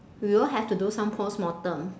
we all have to do some post mortem